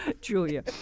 Julia